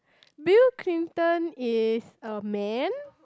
Bill-Clinton is a man